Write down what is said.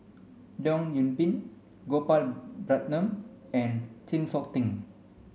Leong Yoon Pin Gopal Baratham and Chng Seok Tin